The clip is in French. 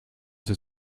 ses